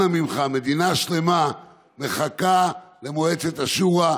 אנא ממך, מדינה שלמה מחכה למועצת השורא.